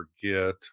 forget